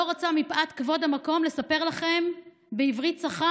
לא רוצה מפאת כבוד המקום לספר לכם בעברית צחה